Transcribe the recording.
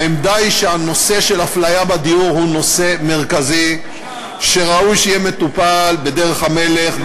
העמדה היא שאפליה בדיור היא נושא מרכזי שראוי שיהיה מטופל בדרך המלך,